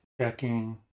checking